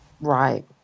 Right